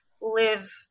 live